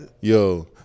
Yo